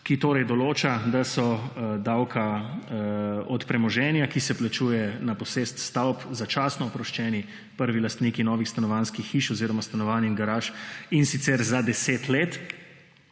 Ta določa, da so davka od premoženja, ki se plačuje na posest stavb, začasno oproščeni prvi lastniki novih stanovanjskih hiš oziroma stanovanj in garaž, in sicer za 10 let.